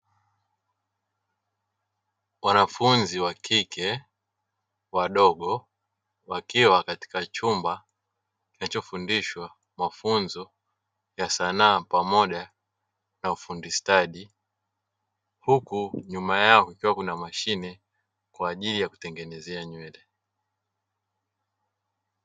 Wanafunzi wakike wadogo wakiwa katika chumba kinachofundishwa mafunzo ya sanaa pamoja na muda wa ufundi stadi, huku nyuma yao kukiwa kuna mashine kwa ajili ya kutengenezea nyingi.